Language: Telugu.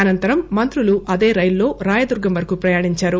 అనంతరం మంత్రులు అదే రైలులోసే రాయదుర్గం వరకు ప్రయాణించారు